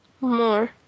more